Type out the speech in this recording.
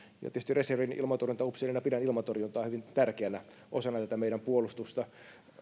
tietysti reservin ilmatorjuntaupseerina pidän ilmatorjuntaa hyvin tärkeänä osana tätä meidän puolustustamme